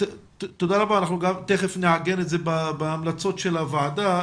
אנחנו גם נעגן את זה בהמלצות הוועדה.